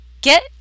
get